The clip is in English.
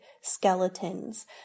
skeletons